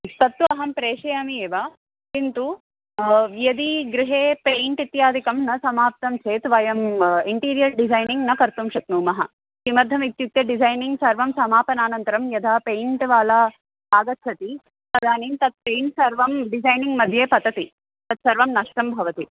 तत्तु अहं प्रेषयामि एव किन्तु यदि गृहे पेय्न्ट् इत्यादिकं न समाप्तं चेत् वयम् इण्टीरियर् डिसैनिङ्ग् न कर्तुं शक्नुमः किमर्थमित्युक्ते डिसैनिङ्ग् सर्वं समापनानन्तरं यदा पेय्न्ट् वाला आगच्छति तदानीं तत् पेय्न्ट् सर्वं डिसैनिङ्ग् मध्ये पतति तत् सर्वं नष्टं भवति